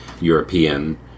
European